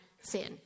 sin